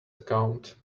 account